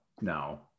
no